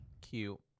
Cute